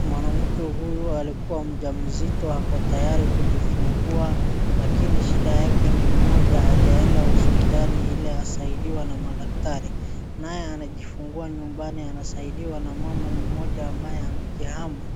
Mwanamke huyu alikua mjamzito ako tayari kujifungua lakini shida yake ni moja hajaenda hospitali ili asaidiwe na madaktari. Naye anajifungua nyumbani anasaidiwa na mama mmoja ambaye amejihamu